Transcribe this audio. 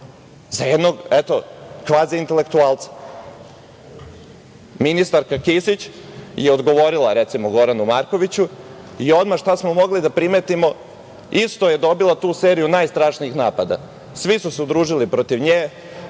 za jednog kvazi intelektualca. Ministarka Kisić je odgovorila, recimo Goranu Markoviću, i odmah šta smo mogli da primetimo, isto je dobila tu seriju najstrašnijih napada, svi su se udružili protiv nje,